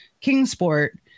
Kingsport